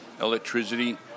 electricity